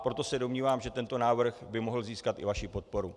Proto se domnívám, že tento návrh by mohl získat i vaši podporu.